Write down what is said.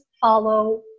follow